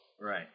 Right